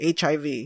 hiv